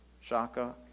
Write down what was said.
Shaka